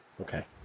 Okay